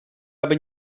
aby